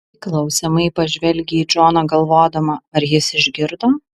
ji klausiamai pažvelgia į džoną galvodama ar jis išgirdo